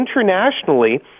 internationally